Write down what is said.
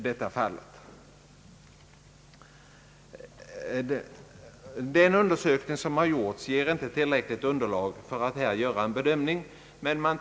Den undersökning som har gjorts beträffan de Bromma ger inte tillräckligt underlag för att göra en bedömning av detta slag.